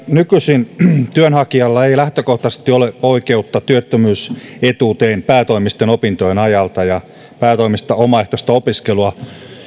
nykyisin työnhakijalla ei lähtökohtaisesti ole oikeutta työttömyysetuuteen päätoimisten opintojen ajalta päätoimista omaehtoista opiskelua